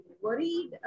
worried